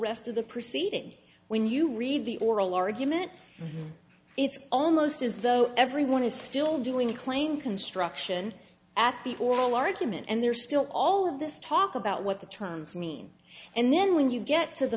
rest of the proceeding when you read the oral argument it's almost as though everyone is still doing a claim construction at the oral argument and they're still all of this talk about what the terms mean and then when you get to the